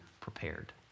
prepared